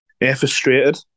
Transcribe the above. Frustrated